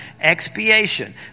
Expiation